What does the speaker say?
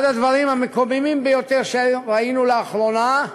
אחד הדברים המקוממים ביותר שראינו לאחרונה,